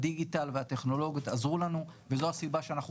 הדיגיטל והטכנולוגיות עזרו לנו וזו הסיבה שאנחנו